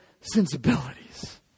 sensibilities